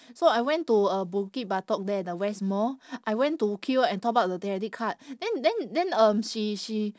so I went to uh bukit-batok there the West Mall I went to queue and top up the debit card then then then um she she